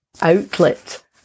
outlet